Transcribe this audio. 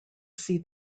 see